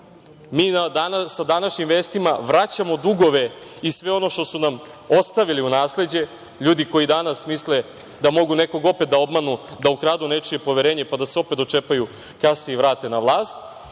mi sa današnjim vestima vraćamo dugove i sve ono što su nam ostavili u nasleđe ljudi koji danas misle da mogu nekog opet da obmanu, da ukradu nečije poverenje pa da se opet dočepaju kase i vrate na vlast.